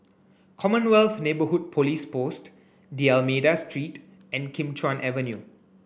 Commonwealth Neighbourhood Police Post D'almeida Street and Kim Chuan Avenue